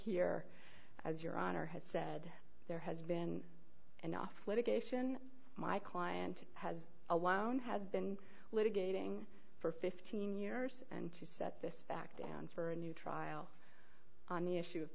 here as your honor has said there has been enough litigation my client has alone have been litigating for fifteen years and to set this back down for a new trial on the issue of